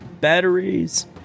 batteries